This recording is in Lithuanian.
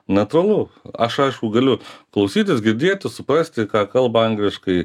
natūralu aš aišku galiu klausytis girdėti suprasti ką kalba angliškai